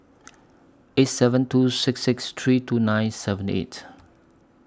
eight seven two six six three two nine seven eight